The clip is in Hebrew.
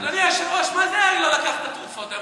אדוני היושב-ראש, מה זה "לא לקחת תרופות היום"?